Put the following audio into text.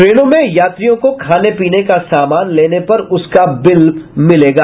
ट्रेनों में यात्रियों को खाने पीने का सामान लेने पर उसका बिल मिलेगा